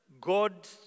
God